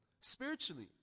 spiritually